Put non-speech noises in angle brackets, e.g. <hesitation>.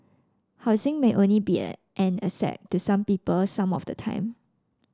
housing may only be <hesitation> an asset to some people some of the time